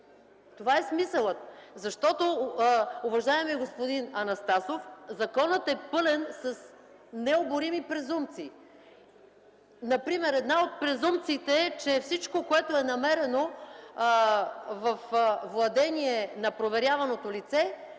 Това е смисълът. Защото, уважаеми господин Анастасов, законът е пълен с необорими презумпции. Например, една от презумпциите е, че всичко, което е намерено във владение на проверяваното лице,